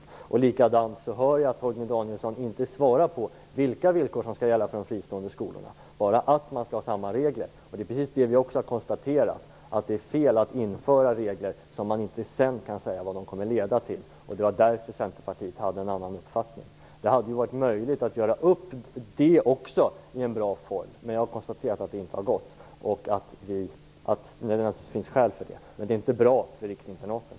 Torgny Danielsson svarade inte heller på frågan om vilka villkor som skall gälla för de fristående skolorna. Han säger bara att det skall vara samma regler. Det är precis det som vi har konstaterat, att det är fel att införa regler när man inte kan säga vad de kommer att leda till. Det är därför som Centerpartiet har en annan uppfattning. Det hade varit möjligt att finna en bra form för en uppgörelse, men jag konstaterar att det inte har varit möjligt och att det också finns skäl för det. Men det är inte bra för riksinternaten.